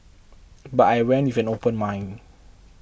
but I went with an open mind